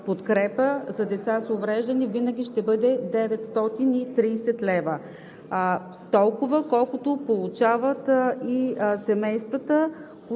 подкрепа за деца с увреждания, винаги ще бъде 930 лв. – толкова, колкото получават и семействата,